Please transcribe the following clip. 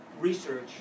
research